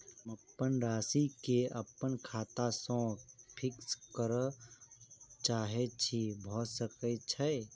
हम अप्पन राशि केँ अप्पन खाता सँ फिक्स करऽ चाहै छी भऽ सकै छै?